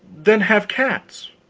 then have cats.